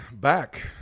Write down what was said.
back